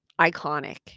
iconic